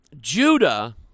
Judah